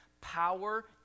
power